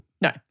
No